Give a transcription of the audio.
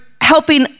helping